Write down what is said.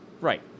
Right